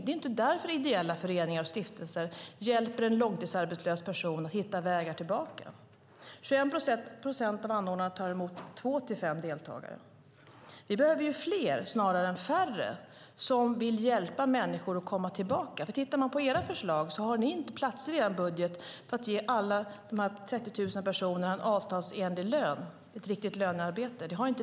Det är inte därför ideella föreningar och stiftelser hjälper en långtidsarbetslös person att hitta vägar tillbaka. 21 procent av anordnarna tar emot två till fem deltagare. Vi behöver fler snarare än färre som vill hjälpa människor att komma tillbaka. Tittar vi på era förslag, Raimo Pärssinen, ser vi att ni i er budget inte har utrymme för att ge alla de 30 000 personerna avtalsenlig lön, ett riktigt lönearbete.